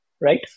right